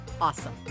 awesome